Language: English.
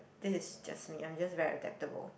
this is just me I just very adaptable